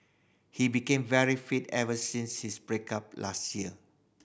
he became very fit ever since his break up last year